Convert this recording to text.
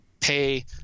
pay